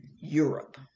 Europe